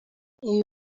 ibi